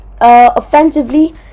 offensively